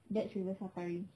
that's river safari